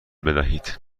بدهید